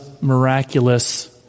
miraculous